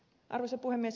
arvoisa puhemies